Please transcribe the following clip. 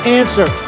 answer